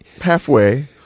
halfway